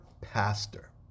pastor